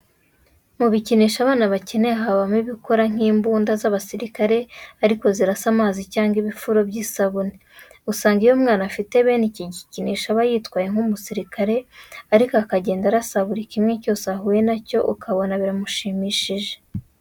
Mu bikinisho abana bakenera habamo ibikora nk'imbunda z'abasirikare ariko zirasa amazi cyangwa ibifuro by'isabune. Usanga iyo umwana afite bene iki gikinisho aba yitwaye nk'umusirikare ariko akagenda arasa buri kimwe cyose ahuye na cyo ukabona biramushimishije.